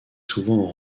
souvent